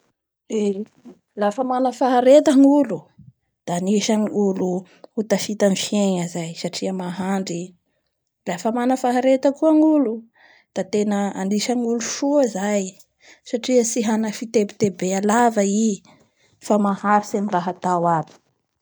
Eeee lafa mana fahareta ny olo da anisan'ny olo hotafita amin'ny fiegna zay, satria mahandry i, lafa mana fahareta koa ny olo da tena anisan'ny olo soa zay, satria tsy hana fitebetebea lava i fa maharitsy amin'ny raha atao aby.